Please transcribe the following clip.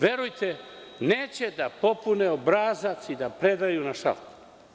Verujte, neće da popune obrazac i da predaju na šalter.